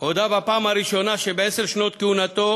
באן קי מון הודה בפעם הראשונה שבעשר שנות כהונתו